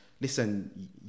Listen